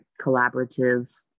collaborative